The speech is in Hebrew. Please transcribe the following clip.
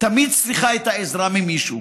תמיד צריכה את העזרה ממישהו.